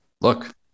look